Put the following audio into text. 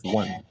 one